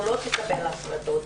יכולות לקבל החלטות,